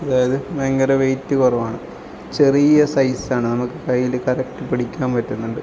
അതായത് ഭയങ്കര വെയിറ്റ് കുറവാണ് ചെറിയ സൈസാണ് നമുക്ക് കയ്യിൽ കറക്റ്റ് പിടിക്കാൻ പറ്റുന്നുണ്ട്